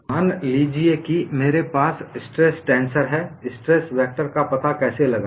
मान लीजिए कि मेरे पास स्ट्रेस टेंसर है स्ट्रेस वेक्टर का पता कैसे लगाए